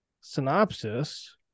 Synopsis